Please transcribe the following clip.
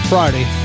Friday